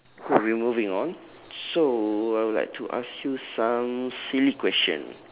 okay we moving on so I will like to ask you some silly question